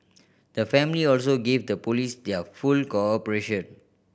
the family also gave the Police their full cooperation